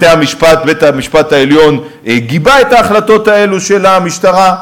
בית-המשפט העליון גיבה את ההחלטות האלו של המשטרה.